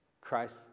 Christ